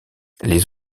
les